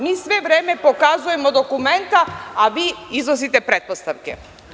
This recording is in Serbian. Mi sve vreme pokazujemo dokumenta, a vi iznosite pretpostavke.